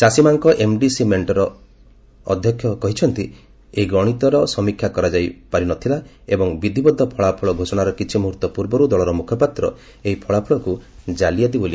ଚାସୀମାଙ୍କ ଏମଡିସି ମେଷ୍ଟର ଅଧ୍ୟନ କହିଛନ୍ତି ଏହି ଗଣତିର ସମୀକ୍ଷା କରାଯାଇପାରିନ ଥିଲା ଏବଂ ବିଧିବଦ୍ଧ ଫଳାଫଳ ଘୋଷଣାର କିଛି ମୁହୂର୍ତ୍ତ ପୂର୍ବରୁ ଦଳର ମୁଖପାତ୍ର ଏହି ଫଳାଫଳକୁ ଜାଲିଆତି ବୋଲି କହିଥିଲେ